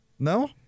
No